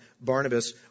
Barnabas